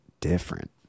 different